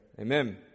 Amen